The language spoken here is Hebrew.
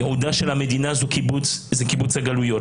ייעודה של המדינה זה קיבוץ גלויות,